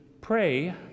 pray